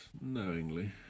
knowingly